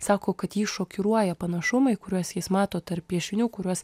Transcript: sako kad jį šokiruoja panašumai kuriuos jis mato tarp piešinių kuriuos